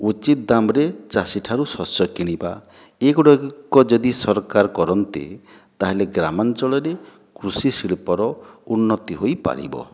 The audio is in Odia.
ଉଚିତ୍ ଦାମ୍ରେ ଚାଷୀଠାରୁ ଶସ୍ୟ କିଣିବା ଏଗୁଡ଼ାକ ଯଦି ସରକାର କରନ୍ତେ ତା'ହେଲେ ଗ୍ରାମାଞ୍ଚଳରେ କୃଷି ଶିଳ୍ପର ଉନ୍ନତି ହୋଇପାରିବ